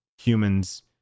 humans